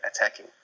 attacking